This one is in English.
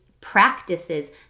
practices